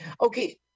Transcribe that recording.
Okay